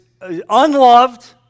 unloved